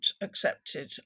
accepted